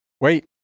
Wait